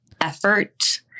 effort